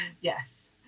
yes